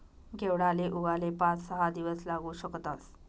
घेवडाले उगाले पाच सहा दिवस लागू शकतस